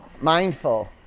mindful